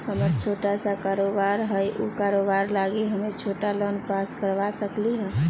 हमर छोटा सा कारोबार है उ कारोबार लागी हम छोटा लोन पास करवा सकली ह?